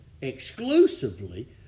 exclusively